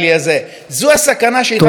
זו הסכנה שאיתה אנחנו מתמודדים,